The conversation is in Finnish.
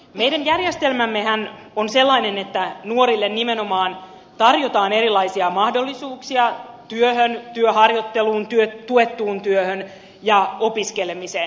meidän järjestelmämmehän on sellainen että nuorille nimenomaan tarjotaan erilaisia mahdollisuuksia työhön työharjoitteluun tuettuun työhön ja opiskelemiseen